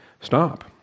stop